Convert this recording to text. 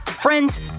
Friends